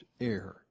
air